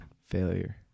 failure